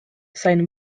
sain